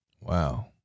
Wow